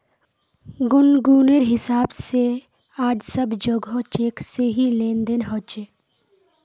गुनगुनेर हिसाब से आज सब जोगोह चेक से ही लेन देन ह छे